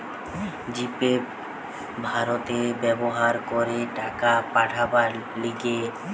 জি Pay ভারতে ব্যবহার করে টাকা পাঠাবার লিগে